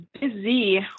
busy